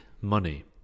money